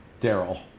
Daryl